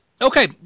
Okay